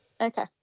Okay